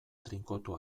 trinkotu